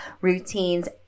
routines